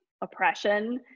oppression